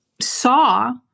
saw